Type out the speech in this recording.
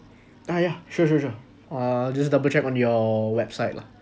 ah ya sure sure sure I'll just double check on your website lah